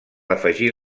afegir